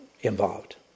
involved